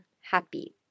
happy